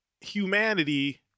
humanity